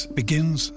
begins